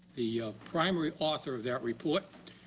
the primary author of that report,